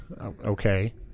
Okay